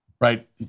right